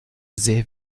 sehr